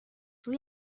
روی